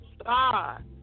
Star